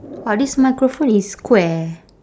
!wah! this microphone is square